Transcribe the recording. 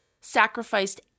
sacrificed